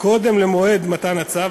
קודם למועד מתן צו